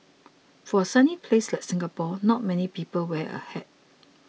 for a sunny place like Singapore not many people wear a hat